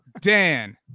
Dan